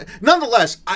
nonetheless